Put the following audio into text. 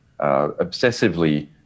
obsessively